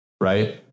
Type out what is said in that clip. right